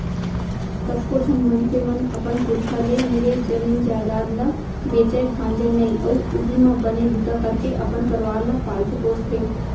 कतको झन मनसे मन अपन पुरखा ले मिले जमीन जयजाद ल बेचय भांजय नइ अउ उहीं म बने बूता करके अपन परवार ल पालथे पोसथे